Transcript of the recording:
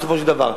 בסופו של דבר.